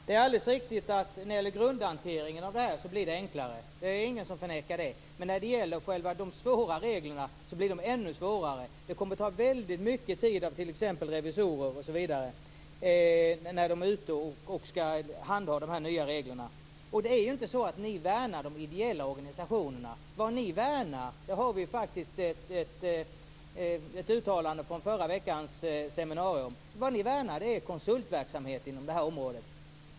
Fru talman! Det är alldeles riktigt att grundhanteringen av detta blir enklare. Det är ingen som förnekar det. Men när det gäller de svåra reglerna, så blir de ännu svårare! Det kommer att ta väldigt mycket tid av t.ex. revisorer när de är ute och ska handha de nya reglerna. Ni värnar ju inte de ideella organisationerna. Vad ni värnar - det har vi faktiskt ett uttalande från förra veckans seminarium om - är konsultverksamhet på området!